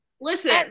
Listen